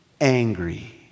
angry